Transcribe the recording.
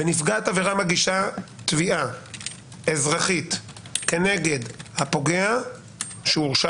ונפגעת עבירה מגישה תביעה אזרחית נגד הפוגע שהורשע